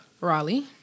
Raleigh